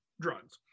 drugs